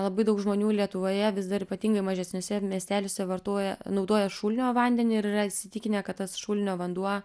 labai daug žmonių lietuvoje vis dar ypatingai mažesniuose miesteliuose vartoja naudoja šulinio vandenį ir yra įsitikinę kad tas šulinio vanduo